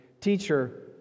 Teacher